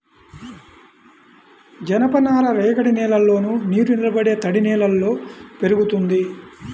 జనపనార రేగడి నేలల్లోను, నీరునిలబడే తడినేలల్లో పెరుగుతుంది